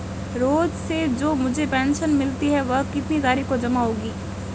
रोज़ से जो मुझे पेंशन मिलती है वह कितनी तारीख को जमा होगी?